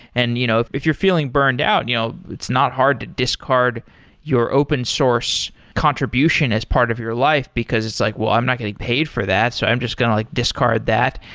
and you know if if you're feeling burned out, you know it's not hard to discard your open source contribution as part of your life, because it's like, well, i'm not getting paid for that. so i'm just going to like discard that.